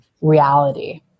reality